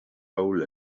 hole